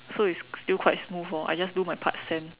so it's still quite smooth orh I just do my part send